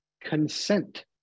consent